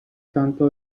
tanto